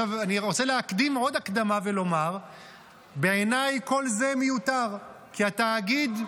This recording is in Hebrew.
אני רוצה להקדים עוד הקדמה ולומר שבעיניי כל זה מיותר כי התאגיד,